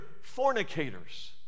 fornicators